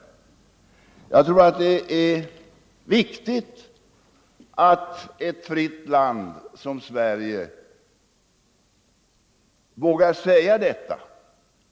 Jag tror det är viktigt att ett fritt land som Sverige vågar säga detta.